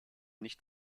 nicht